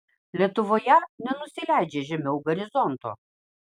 lietuvoje nenusileidžia žemiau horizonto